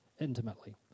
intimately